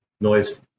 noise